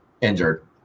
Injured